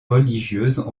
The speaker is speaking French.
religieuses